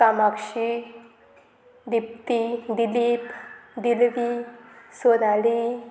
Kamakshi Dipti Dilip Dilvi Sonali